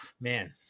man